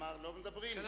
אמר: לא מדברים.